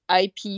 IP